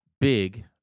big